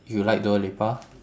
you like dua lipa